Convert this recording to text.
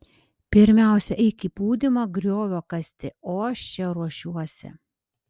pirmiausia eik į pūdymą griovio kasti o aš čia ruošiuosi